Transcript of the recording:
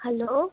hello